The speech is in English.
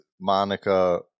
Monica